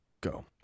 Go